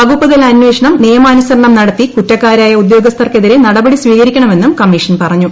വകുപ്പുതല അന്വേഷണം നിയമാനുസരണം നടത്തി കുറ്റക്കാ രായ ഉദ്യോഗസ്ഥർക്കെതിരെ നടപടി സ്വീകരിക്കണമെന്നും കമ്മീഷൻ പറഞ്ഞു